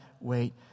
wait